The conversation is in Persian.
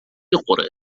خوره